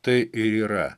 tai ir yra